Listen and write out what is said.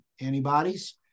antibodies